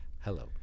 Hello